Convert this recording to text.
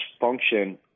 function